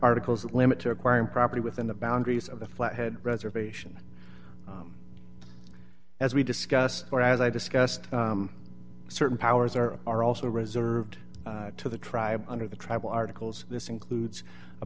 articles limit to acquiring property within the boundaries of the flathead reservation as we discussed or as i discussed certain powers or are also reserved to the tribe under the tribal articles this includes a